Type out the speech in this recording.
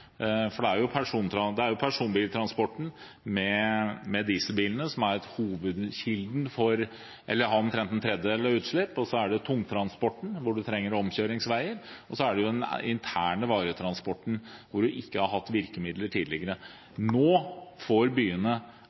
Personbiltransporten med dieselbilene utgjør omtrent en tredjedel av utslippene, så er det tungtransporten, hvor man trenger omkjøringsveier, og så er det den interne varetransporten, hvor man ikke har hatt virkemidler tidligere. Nå får byene alle de virkemidlene de trenger for over tid å sørge for at varetransporten i de sentrale delene av byene